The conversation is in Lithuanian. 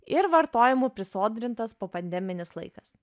ir vartojimu prisodrintas popandeminis laikas